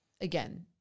again